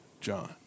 John